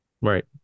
Right